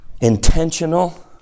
Intentional